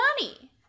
money